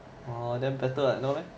orh then better what no meh